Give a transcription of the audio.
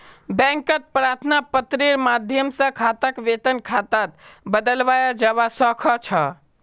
बैंकत प्रार्थना पत्रेर माध्यम स खाताक वेतन खातात बदलवाया जबा स ख छ